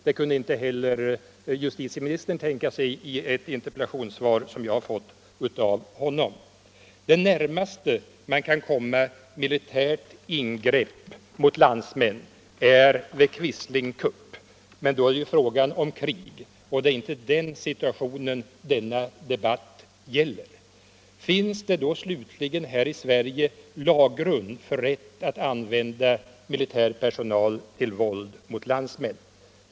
Det kunde inte heller justitieministern tänka sig, det framhöll han i ett interpellationssvar som jag har fått av honom. Det närmaste man kan komma militärt ingrepp mot landsmän är vid en quislingkupp, men då är det fråga om krig, och det är inte den si tuationen denna debatt gäller. Finns det då, slutligen, här i Sverige lagrum för rätt att använda militär personal för våld mot landsmän?